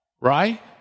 right